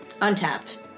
untapped